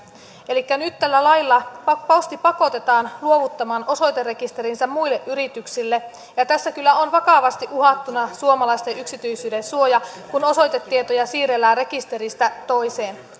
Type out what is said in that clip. elikkä nyt tällä lailla posti pakotetaan luovuttamaan osoiterekisterinsä muille yrityksille ja tässä kyllä on vakavasti uhattuna suomalaisten yksityisyydensuoja kun osoitetietoja siirrellään rekisteristä toiseen